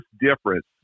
difference